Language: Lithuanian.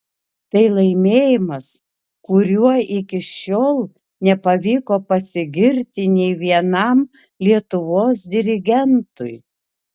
tai laimėjimas kuriuo iki šiol nepavyko pasigirti nei vienam lietuvos dirigentui